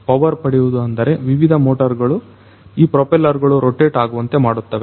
power ಪಡೆಯುವುದು ಅಂದರೆ ವಿವಿಧ ಮೋಟರ್ ಗಳು ಈ ಪ್ರೊಪೆಲ್ಲರ್ ಗಳು ರೊಟೇಟ್ ಆಗುವಂತೆ ಮಾಡುತ್ತವೆ